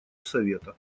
совета